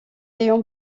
léon